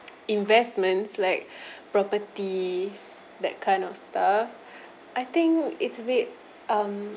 investments like properties that kind of stuff I think it's a bit um